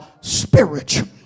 spiritual